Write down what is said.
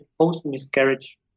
post-miscarriage